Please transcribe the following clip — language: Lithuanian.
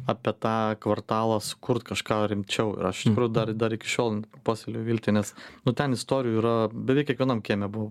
apie tą kvartalą sukurt kažką rimčiau ir aš iš tikrųjų dar dar iki šiol poselėju viltį nes nu ten istorijų yra beveik kiekvienam kieme buvo